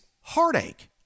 heartache